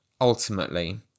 ultimately